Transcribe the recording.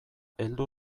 heldu